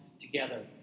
together